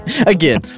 Again